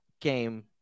game